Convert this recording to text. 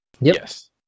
Yes